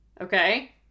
Okay